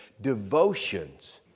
Devotions